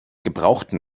gebrauchten